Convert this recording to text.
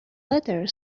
letter